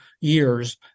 years